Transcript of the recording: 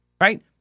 Right